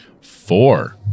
Four